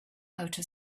outer